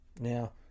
Now